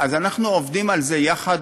אז אנחנו עובדים על זה יחד.